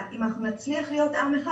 אם הוא חלק, אז הוא חלק מהעם היהודי.